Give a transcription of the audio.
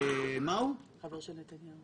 אם הוא לא בחברת מגדל,